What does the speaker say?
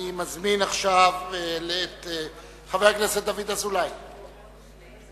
אני מזמין את חבר הכנסת דוד אזולאי לנושא